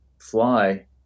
fly